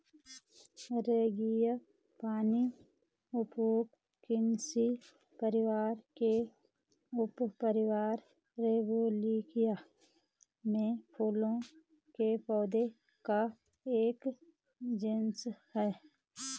frangipani Apocynaceae परिवार के उपपरिवार रौवोल्फिया में फूलों के पौधों का एक जीनस है